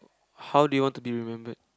how do you want to be remembered